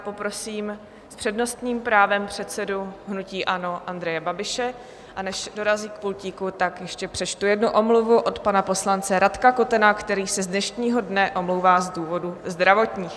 Poprosím s přednostním právem předsedu hnutí ANO Andreje Babiše, a než dorazí k pultíku, ještě přečtu jednu omluvu od pana poslance Radka Kotena, který se z dnešního dne omlouvá z důvodů zdravotních.